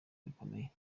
bikomeye